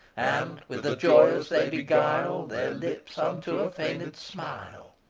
and, with the joyous, they beguile their lips unto a feigned smile,